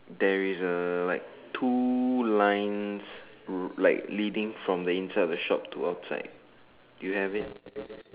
there is uh like two lines like leading from the inside of the shop to outside you have it